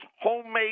homemade